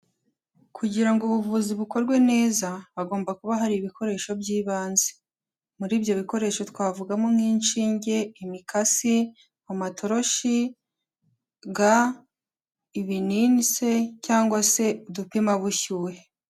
Kugira ngo ubuvuzi bukorwe neza, hagomba kuba hari ibikoresho by'ibanze, muri ibyo bikoresho twavugamo nk'inshinge, imikasi, amatoroshi, ibinini se, cyangwa se udupimabushyuhe.